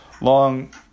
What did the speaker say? long